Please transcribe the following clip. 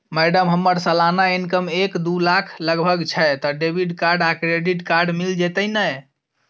Madam हम्मर सलाना income एक दु लाख लगभग छैय तऽ डेबिट कार्ड आ क्रेडिट कार्ड मिल जतैई नै?